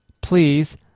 Please